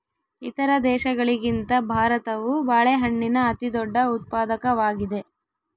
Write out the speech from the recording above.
ಇತರ ದೇಶಗಳಿಗಿಂತ ಭಾರತವು ಬಾಳೆಹಣ್ಣಿನ ಅತಿದೊಡ್ಡ ಉತ್ಪಾದಕವಾಗಿದೆ